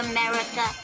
America